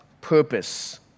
purpose